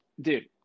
dude